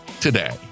today